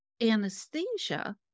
anesthesia